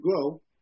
grow